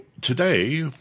today